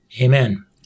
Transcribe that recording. Amen